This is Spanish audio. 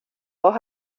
voz